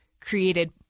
created